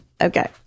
Okay